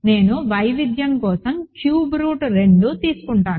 నేను వైవిధ్యం కోసం క్యూబ్ రూట్ 2 తీసుకుంటాను